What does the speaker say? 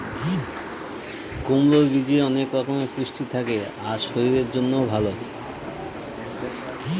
কুমড়োর বীজে অনেক রকমের পুষ্টি থাকে আর শরীরের জন্যও ভালো